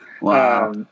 Wow